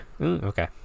Okay